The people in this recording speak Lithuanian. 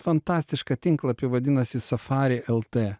fantastišką tinklapį vadinasi safari lt